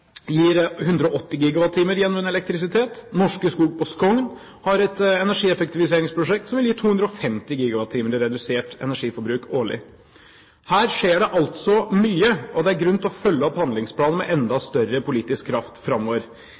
gir 180 GWh gjenvunnet elektrisitet. Norske Skog på Skogn har et energieffektiviseringsprosjekt som vil gi 250 GWh i redusert årlig energiforbruk. Her skjer det mye, og det er grunn til å følge opp handlingsplanen med enda større politisk kraft framover.